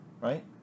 Right